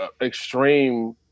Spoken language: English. extreme